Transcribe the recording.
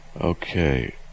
okay